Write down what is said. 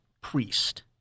priest